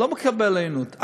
לא מקבל היענות.